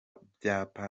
byapa